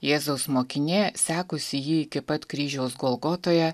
jėzaus mokinė sekusi jį iki pat kryžiaus golgotoje